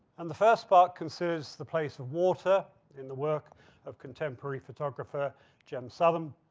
and the first part considers the place of water in the work of contemporary photographer jem southam,